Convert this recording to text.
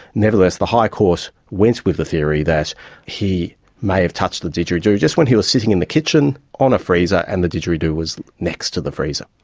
nevertheless the high court went with the theory that he may have touched the didgeridoo just when he was sitting in the kitchen on a freezer and the didgeridoo was next to the freezer.